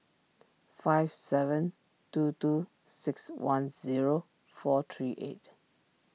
five seven two two six one zero four three eight